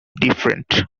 different